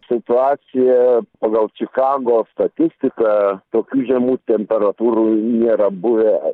situacija pagal čikagos statistiką tokių žemų temperatūrų nėra buvę